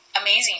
amazing